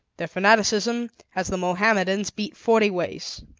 their fanaticism has the mohammedans beat forty ways.